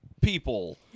people